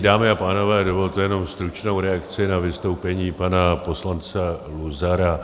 Dámy a pánové, dovolte jenom stručnou reakci na vystoupení pana poslance Luzara.